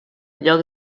lloc